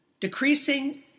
Decreasing